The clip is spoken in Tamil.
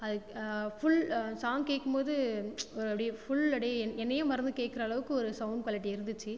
அது ஃபுல் சாங் கேட்குமோது ஒரு அப்படியே ஃபுல் அப்படியே என் என்னையே மறந்து கேட்குற அளவுக்கு ஒரு சௌண்ட் குவாலிட்டி இருந்துச்சு